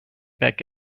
back